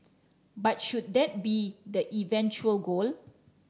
but should that be the eventual goal